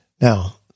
Now